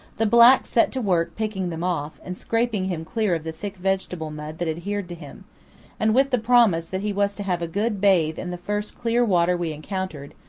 the blacks set to work picking them off, and scraping him clear of the thick vegetable mud that adhered to him and with the promise that he was to have a good bathe in the first clear water we encountered,